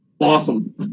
awesome